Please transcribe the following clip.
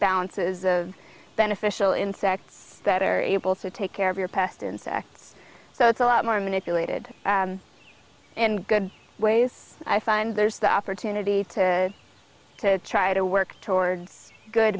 balances of beneficial insects that are able to take care of your past insects so it's a lot more manipulated in good ways i find there's the opportunity to to try to work towards good